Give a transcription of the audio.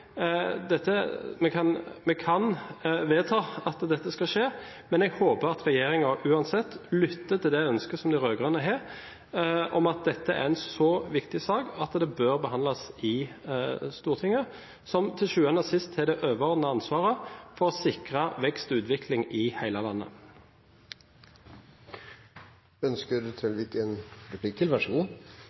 dette skal skje, men jeg håper regjeringen uansett lytter til ønsket som de rød-grønne har: Dette er en så viktig sak at den bør behandles i Stortinget, som til sjuende og sist har det overordnede ansvaret for å sikre vekst og utvikling i hele landet.